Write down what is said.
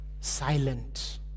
silent